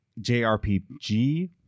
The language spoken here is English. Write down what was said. jrpg